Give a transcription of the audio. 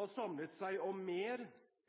har samlet seg om mer